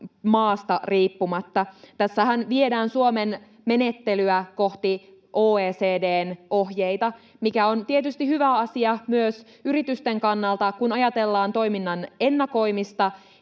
maasta riippumatta. Tässähän viedään Suomen menettelyä kohti OECD:n ohjeita, mikä on tietysti hyvä asia myös yritysten kannalta, kun ajatellaan toiminnan ennakoimista